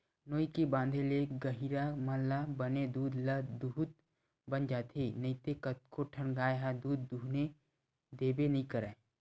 नोई के बांधे ले गहिरा मन ल बने दूद ल दूहूत बन जाथे नइते कतको ठन गाय ह दूद दूहने देबे नइ करय